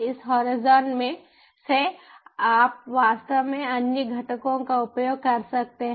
इस होराइज़न से आप वास्तव में अन्य घटकों का उपयोग कर सकते हैं